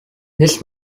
this